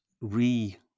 re